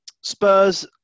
Spurs